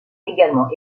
également